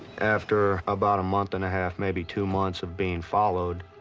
after about a month and a half, maybe two months, of being followed,